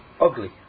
ugly